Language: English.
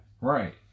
right